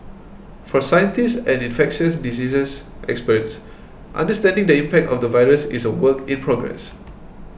for scientists and infectious diseases experts understanding the impact of the virus is a work in progress